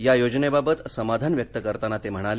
या योजनेबाबत समाधान व्यक्त करताना ते म्हणाले